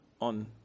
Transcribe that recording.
on